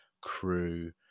crew